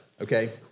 okay